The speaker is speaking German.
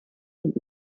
und